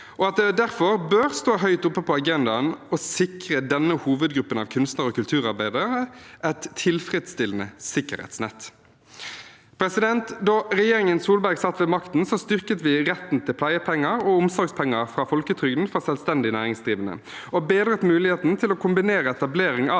og at det derfor bør stå høyt på agendaen å sikre denne hovedgruppen av kunstnere og kulturarbeidere et tilfredsstillende sikkerhetsnett. Da regjeringen Solberg satt ved makten, styrket vi retten til pleiepenger og omsorgspenger fra folketrygden for selvstendig næringsdrivende og bedret muligheten til å kombinere etablering av